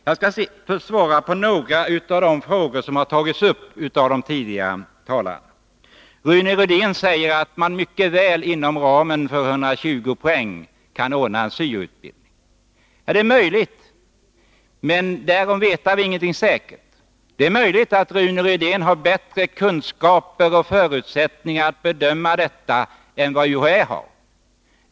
Jag skall så svara på några av de frågor som tagits upp av de tidigare talarna. Rune Rydén säger att man mycket väl kan ordna en syo-utbildning inom ramen för 120 poäng. Det är möjligt, men därom vet vi ingenting säkert. Det är möjligt att Rune Rydén har bättre kunskaper och förutsättningar att bedöma detta än vad UHÄ har.